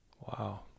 Wow